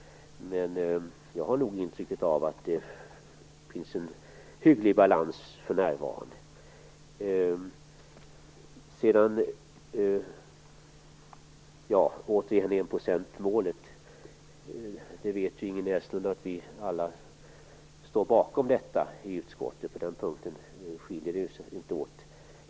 Men jag har nog intrycket av att det för närvarande finns en hygglig balans. Återigen till enprocentsmålen. Ingrid Näslund vet att vi alla står bakom detta i utskottet. På den punkten skiljer vi oss inte åt.